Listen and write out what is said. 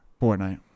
Fortnite